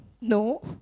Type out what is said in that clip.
No